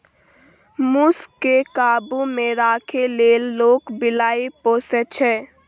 मुस केँ काबु मे राखै लेल लोक बिलाइ पोसय छै